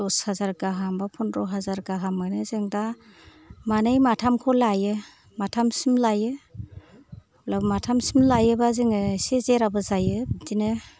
दस हाजार एबा गाहाम पन्द्र' हाजार गाहाम मोनो जों दा मानै माथामखौ लायो माथामसिम लायो माथामसिम लाबा जोङो इसे जेराबो जायो बिदिनो